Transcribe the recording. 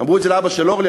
אמרו את זה לאבא של אורלי,